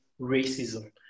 racism